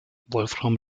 wolfram